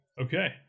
Okay